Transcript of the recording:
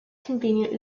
convenient